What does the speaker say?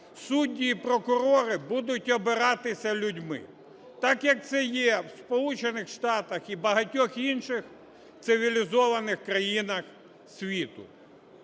судді і прокурори будуть обиратися людьми, так, як це є в Сполучених Штатах і багатьох інших цивілізованих країнах світу.